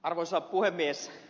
arvoisa puhemies